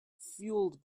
fueled